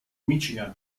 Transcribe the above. michigan